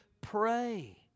pray